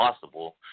possible